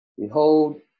Behold